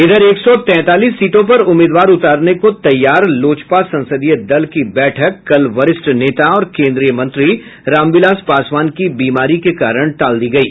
इधर एक सौ तैंतालीस सीटों पर उम्मीदवार उतारने को तैयार लोजपा संसदीय दल की बैठक कल वरिष्ठ नेता और केंद्रीय मंत्री रामविलास पासवान की बीमारी के कारण टाल दी गयी